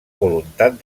voluntat